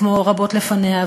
כמו רבות לפניה,